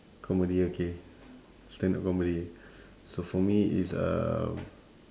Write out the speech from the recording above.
comedy okay stand up comedy so for me it's uh